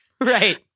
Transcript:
Right